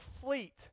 fleet